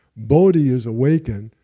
bodhi is awakened.